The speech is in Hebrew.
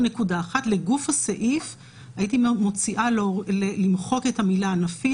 לגוף הסעיף הייתי מציעה למחוק את המילה "ענפית".